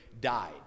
died